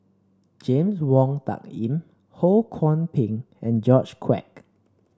James Wong Tuck Yim Ho Kwon Ping and George Quek